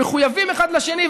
מחויבים אחד לשני,